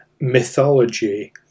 mythology